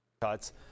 cuts